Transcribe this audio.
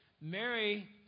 Mary